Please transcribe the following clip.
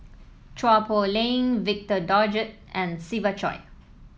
Chua Poh Leng Victor Doggett and Siva Choy